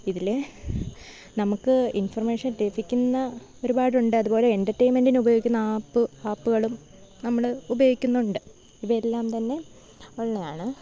ഇതില് നമുക്ക് ഇൻഫർമേഷൻ ലഭിക്കുന്ന ഒരുപാടുണ്ട് അതുപോലെ എൻ്റർടൈമെൻ്റിനുപയോഗിക്കുന്ന ആപ്പ് ആപ്പുകളും നമ്മള് ഉപയോഗിക്കുന്നുണ്ട് ഇവയെല്ലാം തന്നെ ഉള്ളതാണ്